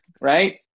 Right